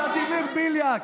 ולדימיר בליאק,